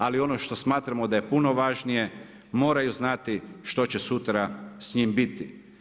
Ali ono što smatramo da je puno važnije moraju znati što će sutra s njim biti.